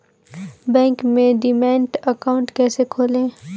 Bank में demat account कैसे खोलें?